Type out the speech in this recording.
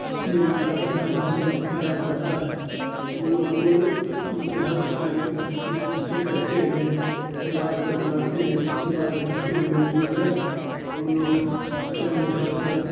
जितने भी कार्यक्रम है सब दिखाया जाता है हम लोग तो गृहस्थ हैं गृहस्थी करते हुए परिवार को चलाते हुए खेती बाड़ी करते हुए जो है हम लोग टाइम निकालकर